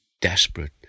desperate